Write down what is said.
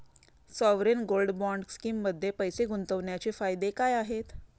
Sovereign gold bond स्कीममध्ये पैसे गुंतवण्याचे फायदे काय आहेत?